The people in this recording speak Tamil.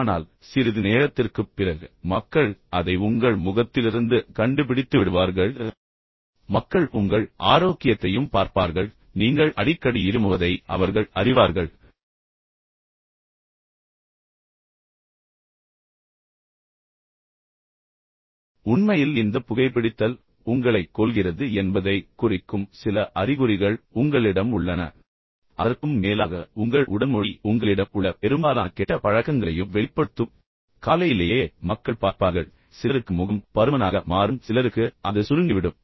ஆனால் சிறிது நேரத்திற்குப் பிறகு மக்கள் அதை உங்கள் முகத்திலிருந்து கண்டுபிடித்துவிடுவார்கள் மக்கள் உங்கள் ஆரோக்கியத்தையும் பார்ப்பார்கள் நீங்கள் அடிக்கடி இருமுவதை அவர்கள் அறிவார்கள் உண்மையில் இந்த புகைபிடித்தல் உங்களைக் கொல்கிறது என்பதைக் குறிக்கும் சில அறிகுறிகள் உங்களிடம் உள்ளன அதற்கும் மேலாக உங்கள் உடல் மொழி உங்களிடம் உள்ள பெரும்பாலான கெட்ட பழக்கங்களையும் வெளிப்படுத்தும் எளிய உதாரணம் என்னவென்றால் நீங்கள் இரவில் இரண்டு மூன்று நாட்கள் தொடர்ந்து தூங்கவில்லை என்றால் காலையிலேயே மக்கள் பார்ப்பார்கள் சிலருக்கு முகம் பருமனாக மாறும் சிலருக்கு அது சுருங்கிவிடும்